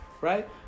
right